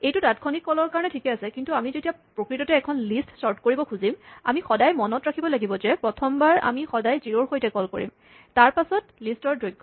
এইটো তাৎ ক্ষণিক কলৰ কাৰণে ঠিকে আছে কিন্তু আমি যেতিয়া প্ৰকৃততে এখন লিষ্ট চৰ্ট কৰিব খুজিম আমি সদায় মনত ৰাখিব লাগিব যে প্ৰথমবাৰ আমি সদায় জিৰ'ৰ সৈতে কল কৰিম তাৰপাচত লিষ্টৰ দৈৰ্ঘ